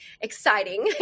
exciting